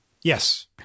Yes